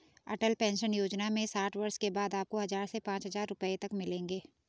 अटल pension योजना में साठ वर्ष के बाद आपको हज़ार से पांच हज़ार रुपए तक मिलेंगे